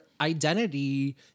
identity